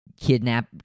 kidnap